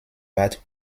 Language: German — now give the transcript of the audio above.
bart